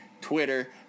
Twitter